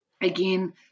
Again